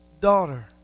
daughter